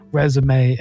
resume